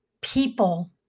People